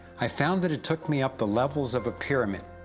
i found that it took me up the levels of a pyramid.